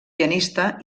pianista